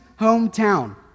hometown